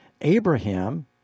Abraham